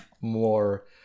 more